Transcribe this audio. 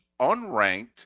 unranked